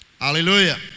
Hallelujah